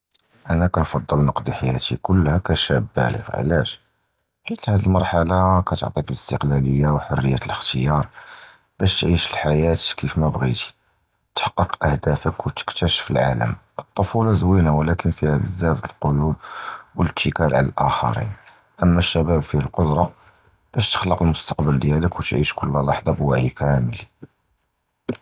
אִנַא קִנְפַדַּל נִقְדִּי חַיַאתִי כֻלָה קַשַאב בַּלַאח, עַלַאש? חִית הַד מַרְחַלָה קִתְּעַטִּי אִסְתִיקְלָאלִיָה וְחֻרִיָּה דִיַּל אִל-אִחְתִיַאר, בַּאש תִעִיש אִל-חַיַאת כִיףְמָא בְּחִ'יָרִי, תַחֻ'קִּק אֻהְדָּאפְכ וְתִקְתַּשְּפ אִל-עָלַם. אִל-טְפֻולָה זְוִינָה וְלָקִן פִיהָ בְּזַאף דַּאלְקִיוּד וְאִל-אִתְקָאל עַל אַחְרִין, אִמָּא אִל-שַבַּאב פִיהֶא אִל-קֻדְרָה בַּאש תִחַלְקְל אִל-מֻסְתָקְבַל דִיַּלְכ וְתִעִיש כֻלָ לַחַظָה בְּוִעִי כָּמֵל.